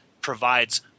provides